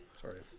Sorry